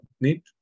need